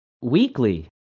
weekly